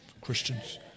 Christians